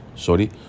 Sorry